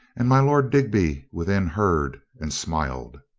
and my lord digby within heard and smiled.